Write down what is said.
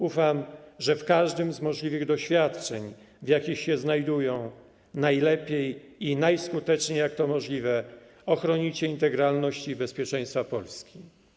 Ufam, że w każdym z możliwych doświadczeń, w jakich się znajdują, najlepiej i najskuteczniej jak to możliwe, chronią integralność i bezpieczeństwo Polski.